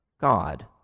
God